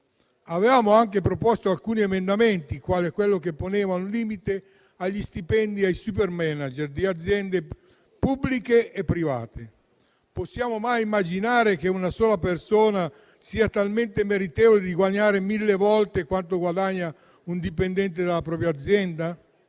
Avevamo anche proposto alcuni emendamenti, quale quello che poneva un limite agli stipendi dei supermanager di aziende pubbliche e private. Possiamo mai immaginare che una sola persona sia talmente meritevole da guadagnare 1.000 volte quello che guadagna un dipendente della propria azienda?